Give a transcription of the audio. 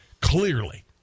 clearly